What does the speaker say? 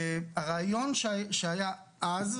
הרעיון שהיה אז,